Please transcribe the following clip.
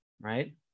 right